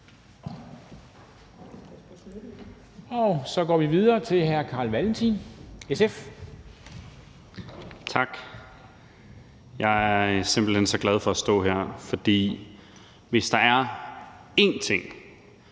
11:24 (Ordfører) Carl Valentin (SF): Tak. Jeg er simpelt hen så glad for at stå her, for hvis der er én ting,